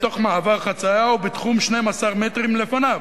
בתוך מעבר חצייה או בתחום 12 מטרים לפניו,